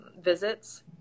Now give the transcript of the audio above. visits